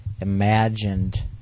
imagined